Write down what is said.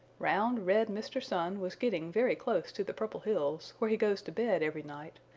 round, red mr. sun was getting very close to the purple hills, where he goes to bed every night,